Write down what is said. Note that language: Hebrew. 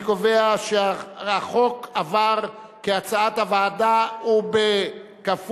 אני קובע שהחוק עבר כהצעת הוועדה ובכפוף